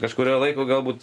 kažkurio laiko galbūt